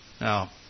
Now